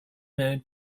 mood